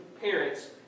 parents